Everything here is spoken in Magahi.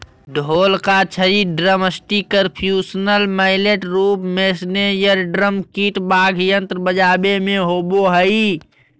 ढोल का छड़ी ड्रमस्टिकपर्क्यूशन मैलेट रूप मेस्नेयरड्रम किट वाद्ययंत्र बजाबे मे होबो हइ